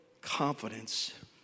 confidence